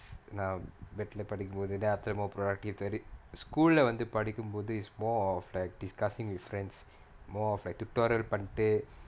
நா:naa bed leh படிக்கும் போது:padikum pothu rather more productive very school leh வந்து படிக்கும் போது:vanthu padikum pothu is more of like discussing with friends more of like tutorial பண்ணிட்டு:pannittu